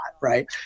right